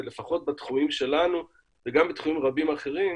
ולפחות בתחומים שלנו וגם בתחומים רבים אחרים